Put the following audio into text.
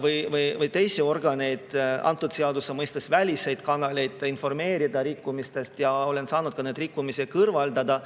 või teisi organeid, antud seaduse mõistes väliseid kanaleid, ja olen saanud ka need rikkumised kõrvaldada